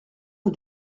rue